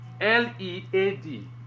L-E-A-D